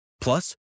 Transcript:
Plus